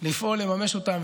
לפעול לממש אותם.